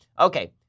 Okay